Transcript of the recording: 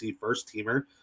first-teamer